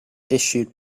issued